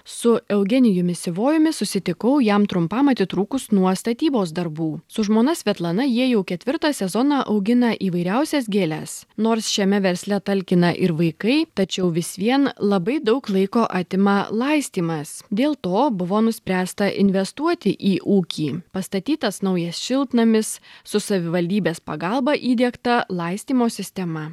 su eugenijumi sivojumi susitikau jam trumpam atitrūkus nuo statybos darbų su žmona svetlana jie jau ketvirtą sezoną augina įvairiausias gėles nors šiame versle talkina ir vaikai tačiau vis vien labai daug laiko atima laistymas dėl to buvo nuspręsta investuoti į ūkį pastatytas naujas šiltnamis su savivaldybės pagalba įdiegta laistymo sistema